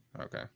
Okay